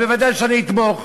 אבל בוודאי שאני אתמוך.